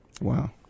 Wow